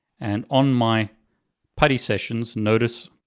and on my putty sessions, notice,